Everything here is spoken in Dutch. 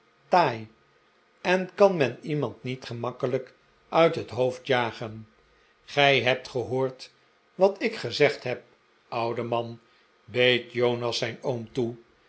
taai en kan men iemand niet gemakkelijk uit het hoofd jagen gij hebt gehoord wat ik gezegd heb oude man beet jonas zijn oom toe